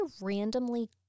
randomly